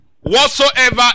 whatsoever